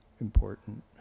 important